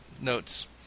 notes